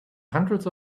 hundreds